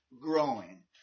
growing